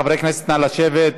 חברי הכנסת, נא לשבת.